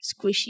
Squishy